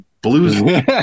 blues